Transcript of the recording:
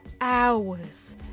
hours